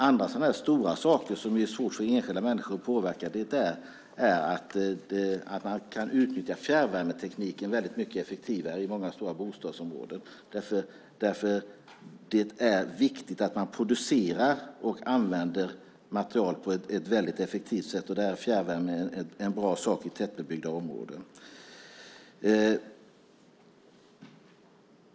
Andra stora saker som är svårt för enskilda människor att påverka är att man kan utnyttja fjärrvärmetekniken effektivare i stora bostadsområden. Det är viktigt att producera och använda material på ett effektivt sätt. Fjärrvärme är en bra sak i tätbebyggda områden.